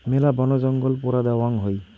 মেলা বনজঙ্গল পোড়া দ্যাওয়াং হই